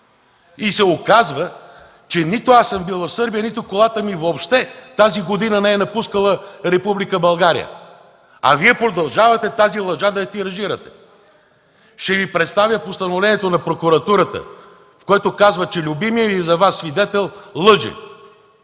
и се оказва, че нито аз съм бил в Сърбия, нито колата ми въобще тази година е напускала Република България? Вие продължавате да тиражирате тази лъжа! Ще Ви представя постановлението на прокуратурата, което казва, че любимият за Вас свидетел лъже.